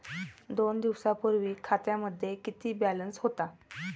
दोन दिवसांपूर्वी खात्यामध्ये किती बॅलन्स होता?